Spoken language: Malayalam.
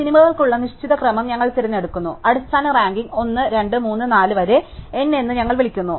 അതിനാൽ സിനിമകൾക്കുള്ള നിശ്ചിത ക്രമം ഞങ്ങൾ തിരഞ്ഞെടുക്കുന്നു അടിസ്ഥാന റാങ്കിംഗ് 1 2 3 4 വരെ n എന്ന് ഞങ്ങൾ വിളിക്കുന്നു